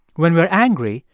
when we're angry,